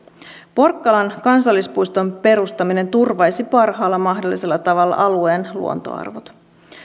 porkkalan kansallispuiston perustaminen turvaisi parhaalla mahdollisella tavalla alueen luontoarvot